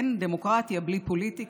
אין דמוקרטיה בלי פוליטיקה,